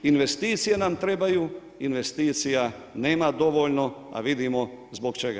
Investicije nam trebaju, investicija nema dovoljno a vidimo zbog čega.